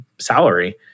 salary